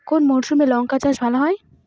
কোন মরশুমে লঙ্কা চাষ ভালো হয়?